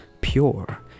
pure